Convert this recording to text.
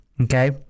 Okay